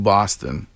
Boston